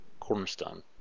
cornstone